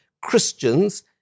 Christians